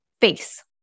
face